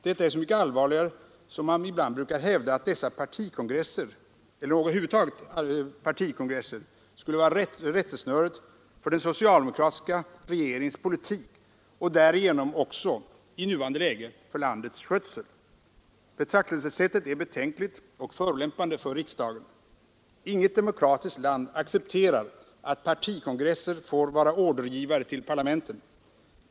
Detta är så mycket allvarligare som man brukar hävda att dessa partikongresser skall vara rättesnöret för den socialdemokratiska regeringens politik och därigenom också i nuvarande läge för landets skötsel. Betraktelsesättet är betänkligt och förolämpande för riksdagen. Inget demokratiskt land accepterar att partikongresser får vara ordergivare till parlamenten.